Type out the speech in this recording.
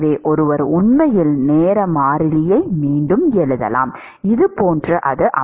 எனவே ஒருவர் உண்மையில் நேர மாறிலியை மீண்டும் எழுதலாம் இது போன்றது